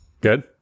Good